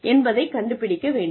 என்பதைக் கண்டுபிடிக்க வேண்டும்